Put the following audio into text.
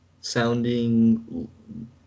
sounding